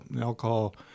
alcohol